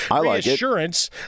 reassurance